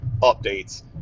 updates